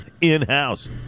In-house